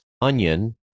onion